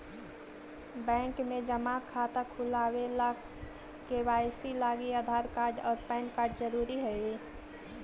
bank में जमा खाता खुलावे ला के.वाइ.सी लागी आधार कार्ड और पैन कार्ड ज़रूरी हई